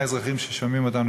האזרחים ששומעים אותנו,